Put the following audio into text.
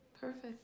Perfect